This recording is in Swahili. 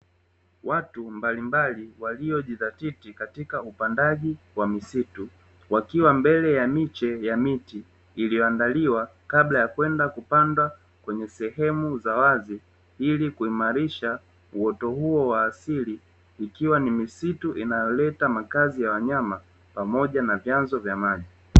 Watu mbalimbali waliojidhatiti katika upandaji wa misitu, wakiwa mbele ya miche ya miti iliyooandaliwa kabla ya kwenda kupanda kwenye sehemu za wazi, ili kuimalisha uoto huo wa asili ikiwa ni misitu inaleta makazi ya wanyama pamoja na vyanzo vya maji.